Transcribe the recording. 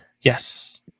Yes